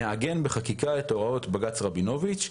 נעגן בחקיקה את הוראות בג"ץ רבינוביץ'.